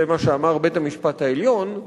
זה מה שאמר בית-המשפט העליון,